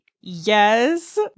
Yes